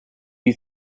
you